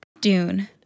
Dune